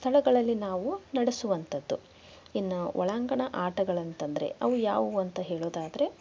ಸ್ಥಳಗಳಲ್ಲಿ ನಾವು ನಡೆಸುವಂಥದ್ದು ಇನ್ನೂ ಒಳಾಂಗಣ ಆಟಗಳಂತಂದರೆ ಅವು ಯಾವುವು ಅಂತ ಹೇಳೋದಾದರೆ